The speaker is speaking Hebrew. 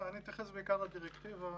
אני אתייחס בעיקר לדירקטיבה,